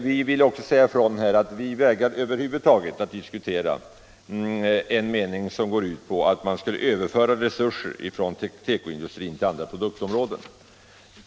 Vi vill också säga ifrån att vi vägrar att över huvud taget diskutera överföring av resurser från tekoindustrin till andra produktområden.